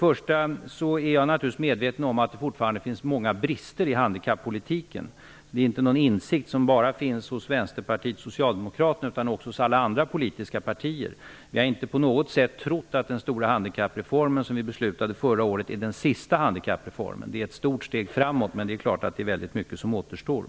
Jag är naturligtvis medveten om att det fortfarande finns många brister i handikappolitiken. Det är inte någon insikt som bara finns hos Vänsterpartiet och Socialdemokraterna. Den finns också hos alla andra politiska partier. Vi har inte på något sätt trott att den stora handikappreformen som vi beslutade om förra året är den sista handikappreformen. Den är ett stort steg framåt, men det är väldigt mycket som återstår.